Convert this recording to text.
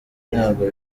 ntabwo